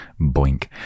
boink